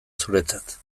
zuretzat